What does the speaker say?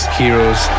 heroes